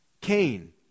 Cain